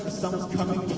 someones coming